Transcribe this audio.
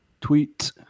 tweet